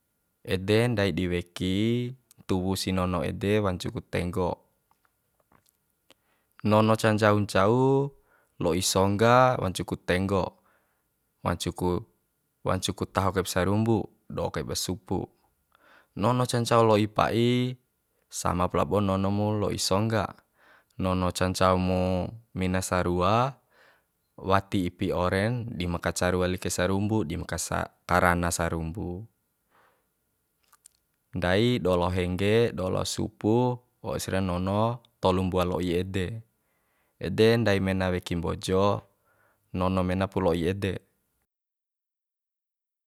Ede ndai di wekintuwu si nono ede wancu ku tenggo nono ca ncau ncau lo'i songga wancu ku tenggo wancu ku wancu ku taho kaiba sarumbu do'o kaiba supu nono ca ncau lo'i pa'i samap labo nono mu lo'i songga nono ca ncau mu mina sarua wati ipi oren dim kacaru wali kai sarumbu dim ka sa ka rana sarumbu ndai do la'o hengge do la'o supu wau si ra nono tolu mbua lo'i ede ede ndai mena weki mbojo nono mena pu lo'i ede